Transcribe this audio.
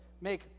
make